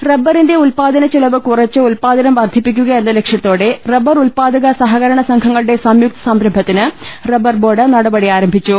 റബ്ബറിന്റെ ഉൽപാദനച്ചെലവ് കുറച്ച് ഉൽപാദനം വർധിപ്പിക്കുക എന്ന ലക്ഷ്യത്തോടെ റബർ ഉൽപാദക സഹകരണ സംഘങ്ങളുടെ സംയുക്ത സംരംഭത്തിന് റബർ ബോർഡ് നട പടി ആരംഭിച്ചു